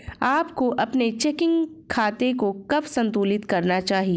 आपको अपने चेकिंग खाते को कब संतुलित करना चाहिए?